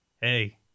Hey